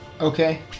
Okay